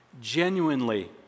genuinely